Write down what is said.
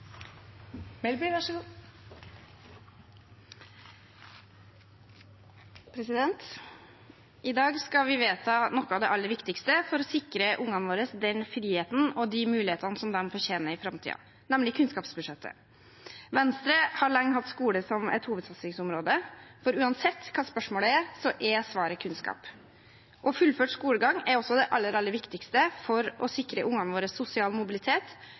de mulighetene de fortjener i framtiden, nemlig kunnskapsbudsjettet. Venstre har lenge hatt skole som et hovedsatsingsområde, for uansett hva spørsmålet er, er svaret kunnskap. Fullført skolegang er også det aller, aller viktigste for å sikre ungene våre sosial mobilitet